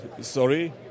Sorry